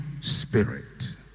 spirit